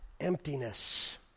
Emptiness